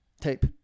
tape